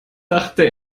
dachte